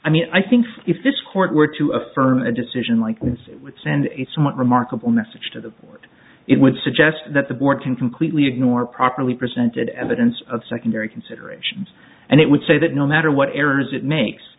i mean i think if this court were to affirm a decision like this it would send a somewhat remarkable message to the board it would suggest that the board can completely ignore properly presented evidence of secondary considerations and it would say that no matter what